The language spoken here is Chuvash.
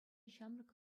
ҫамрӑк